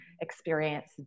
experience